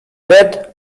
dret